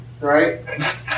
right